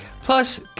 plus